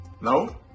No